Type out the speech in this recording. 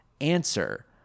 answer